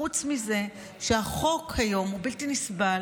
חוץ מזה שהחוק היום הוא בלתי נסבל,